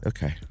Okay